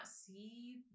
see